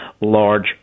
large